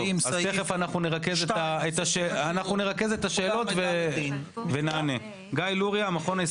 אז נרכז את השאלות ונענה עליהם ביחד.